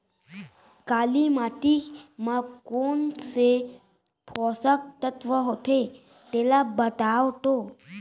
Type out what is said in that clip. काली माटी म कोन से पोसक तत्व होथे तेला बताओ तो?